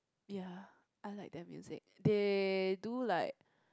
ya I like their music they do like